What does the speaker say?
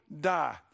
die